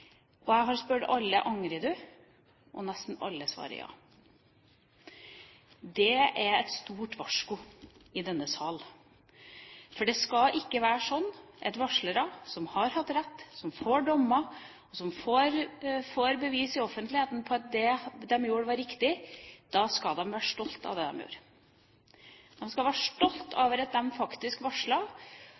spurt alle: Angrer du? Nesten alle svarer ja. Det er et stort varsko til denne sal, for det skal ikke være sånn at varslere som har hatt rett, der det blir dommer, som i offentligheten får bevis på at det de gjorde, var riktig, ikke skal være stolte av det de har gjort. De skal være stolte over at de faktisk